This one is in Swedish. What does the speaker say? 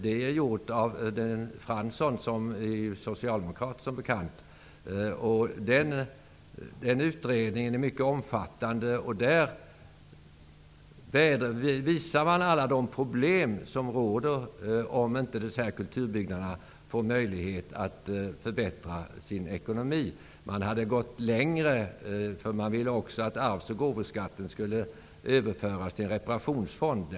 Det var Jan Fransson -- socialdemokrat, som bekant -- som stod bakom den utredningen, som är mycket omfattande. Där visas på alla de problem som kommer att finnas om det inte blir möjligt att förbättra ekonomin när det gäller kulturbyggnader. Man ville gå ännu längre, för man ville att också arvs-eoch gåvoskatten skulle överföras till en reparationsfond.